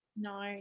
No